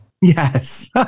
Yes